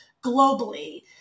globally